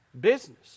business